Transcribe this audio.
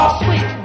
sweet